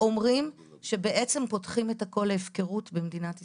אומרים שבעצם פותחים את הכל להפקרות במדינת ישראל.